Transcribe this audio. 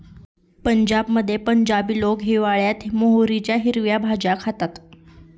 पंजाबमध्ये पंजाबी लोक हिवाळयात मोहरीच्या हिरव्या भाज्या खातात